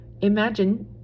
Imagine